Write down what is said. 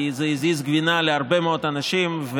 כי היא הזיזה גבינה להרבה מאוד אנשים.